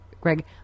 Greg